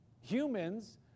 humans